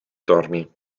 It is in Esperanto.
dormi